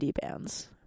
bands